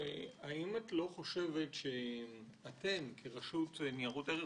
האם את לא חושבת שרשות ניירות ערך,